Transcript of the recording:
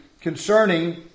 concerning